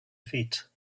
feet